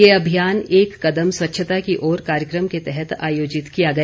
ये अभियान एक कदम स्वच्छता की ओर कार्यक्रम के तहत आयोजित किया गया